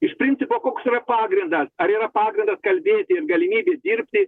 iš principo koks yra pagrindas ar yra pagrindas kalbėti ir galimybės dirbti